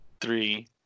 three